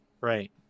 Right